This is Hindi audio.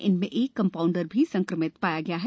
इनमें एक कंपाउंडर भी संक्रमित पाया गया है